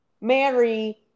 Mary